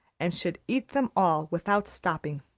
and should eat them all without stopping.